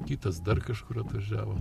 kitas dar kažkur atvažiavo